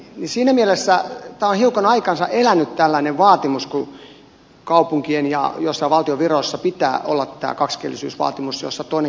siinä mielessä tällainen vaatimus on hiukan aikansa elänyt kun kaupunkien ja joissain valtion viroissa pitää olla tämä kaksikielisyysvaatimus jossa toinen kieli on ruotsi